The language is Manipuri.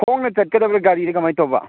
ꯈꯣꯡꯅ ꯆꯠꯀꯗꯕ꯭ꯔ ꯒꯥꯔꯤꯁꯤ ꯀꯃꯥꯏ ꯇꯧꯕ